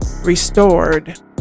restored